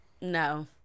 No